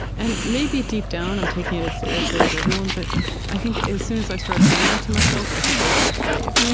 and maybe, deep down, i'm taking it as seriously as everyone, but i think as soon as i start saying that to myself, i think i would be afraid.